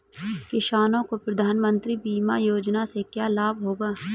किसानों को प्रधानमंत्री बीमा योजना से क्या लाभ होगा?